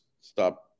stop